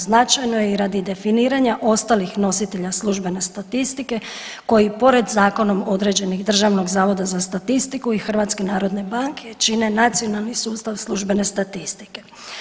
Značajno je i radi definiranja ostalih nositelja službene statistike koji pored zakonom određenih Državnog zavoda za statistiku i HNB-a čine nacionalni sustav službene statistike.